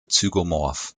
zygomorph